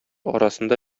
арасында